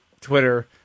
Twitter